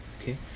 Okay